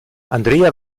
andrea